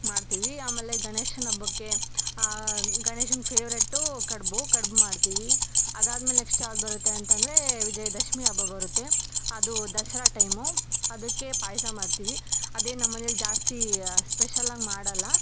ಮಾಡ್ತೀವಿ ಆಮೇಲೆ ಗಣೇಶನ ಹಬ್ಬಕ್ಕೆ ಗಣೇಶನ ಫೆವ್ರೇಟು ಕಡಬು ಕಡ್ಬು ಮಾಡ್ತೀವಿ ಅದಾದಮೇಲೆ ನೆಕ್ಸ್ಟ್ ಯಾವ್ದು ಬರುತ್ತೆ ಅಂತ ಅಂದರೆ ವಿಜಯದಶಮಿ ಹಬ್ಬ ಬರುತ್ತೆ ಅದು ದಸರ ಟೈಮು ಅದಕ್ಕೆ ಪಾಯಸ ಮಾಡ್ತೀವಿ ಅದೇನು ನಮ್ಮನೇಲಿ ಜಾಸ್ತಿ ಸ್ಪೆಷಲ್ಲಾಗಿ ಮಾಡೊಲ್ಲ